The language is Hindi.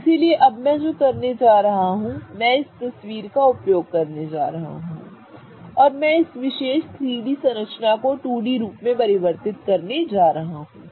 इसलिए अब मैं जो करने जा रहा हूं मैं इस तस्वीर का उपयोग करने जा रहा हूं और मैं इस विशेष 3 डी संरचना को 2 डी रूप में परिवर्तित करने जा रहा हूं